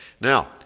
Now